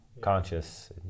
conscious